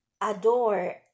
adore